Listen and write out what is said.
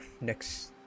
next